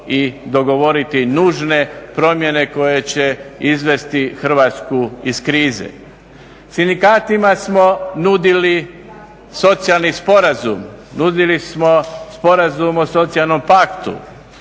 i dogovoriti nužne promjene koje će izvesti Hrvatsku iz krize? Sindikatima smo nudili socijalni sporazum, nudili smo sporazum o socijalnom paktu,